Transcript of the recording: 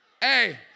hey